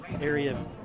area